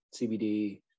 CBD